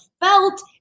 felt